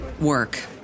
work